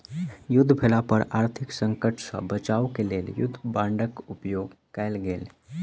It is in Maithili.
युद्ध भेला पर आर्थिक संकट सॅ बचाब क लेल युद्ध बांडक उपयोग कयल गेल